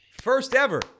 first-ever